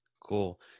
cool